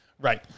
Right